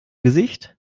gesicht